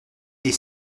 des